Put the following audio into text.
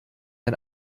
ein